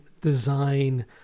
design